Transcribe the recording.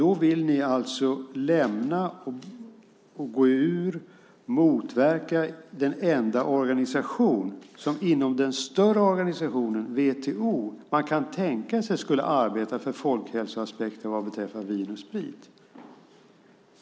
Ni vill alltså lämna och gå ur EU och motverka den enda organisation inom den större organisationen, WTO, som man kan tänka sig skulle arbeta för folkhälsoaspekten vad beträffar vin och sprit.